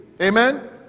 Amen